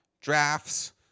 drafts